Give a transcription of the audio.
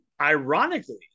ironically